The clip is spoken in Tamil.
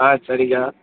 ஆ சரிங்க